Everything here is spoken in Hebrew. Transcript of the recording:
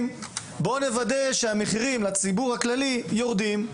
ולוודא שהמחירים לציבור הכללי יורדים.